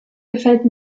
gefällt